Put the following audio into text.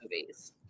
movies